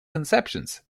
conceptions